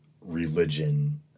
religion